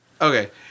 Okay